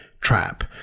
trap